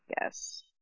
Yes